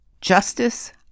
justice